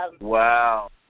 Wow